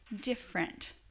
different